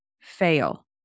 fail